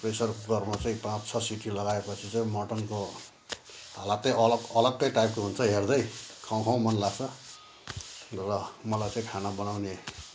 pressure कुकरमा चाहिँ पाँच छ सिटी लगाएपछि चाहिँ मटनको हालतै अलग्गै टाइपको हुन्छ हेर्दै खाउँ खाउँ मन लाग्छ र मलाई चाहिँ खाना बनाउने